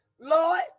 Lord